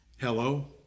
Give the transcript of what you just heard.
Hello